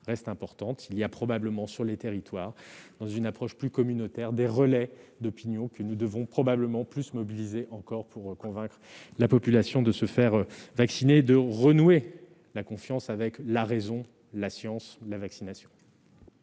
reste importante. Il y a probablement dans les territoires, dans une approche plus communautaire, des relais d'opinion que nous devons probablement mobiliser davantage afin de convaincre la population de se faire vacciner, de renouer avec la confiance dans la raison, dans la science, dans la vaccination.